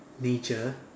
nature